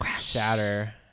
shatter